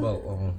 bulk ah